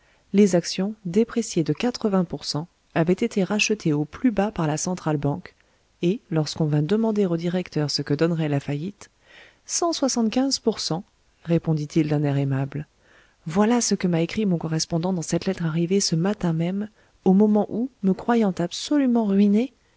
les actions dépréciées de quatre-vingts pour cent avaient été rachetées au plus bas par la centrale banque et lorsqu'on vint demander au directeur ce que donnerait la faillite cent soixante-quinze pour cent répondit-il d'un air aimable voilà ce que m'a écrit mon correspondant dans cette lettre arrivée ce matin même au moment où me croyant absolument ruiné